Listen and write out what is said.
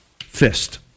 fist